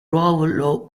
ruolo